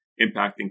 impacting